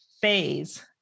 phase